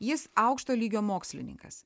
jis aukšto lygio mokslininkas